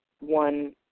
one